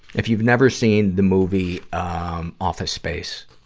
if you've never seen the movie, um, office space,